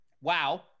wow